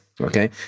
Okay